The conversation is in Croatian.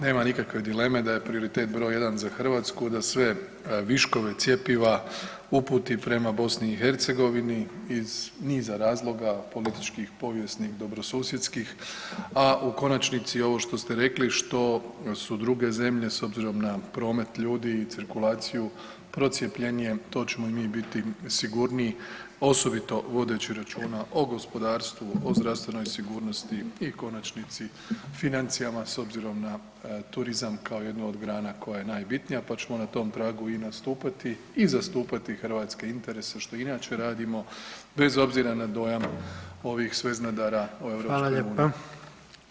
Nema nikakve dileme da je prioritet broj 1 za Hrvatsku da sve viškove cjepiva uputi prema BiH iz niza razloga od političkih, povijesnih, dobrosusjedskih, a u konačnici ovo što ste rekli što su druge zemlje s obzirom na promet ljudi i cirkulaciju procijepljenije to ćemo i mi biti sigurniji osobito vodeći računa o gospodarstvu, o zdravstvenoj sigurnosti i konačnici financijama s obzirom na turizam kao jednu od grana koja je najbitnija, pa ćemo na tom tragu i nastupati i zastupati hrvatske interese što i inače radimo bez obzira na dojam ovih sveznadara o Europskoj uniji.